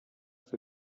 für